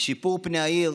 משיפור פני העיר,